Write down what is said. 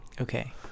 Okay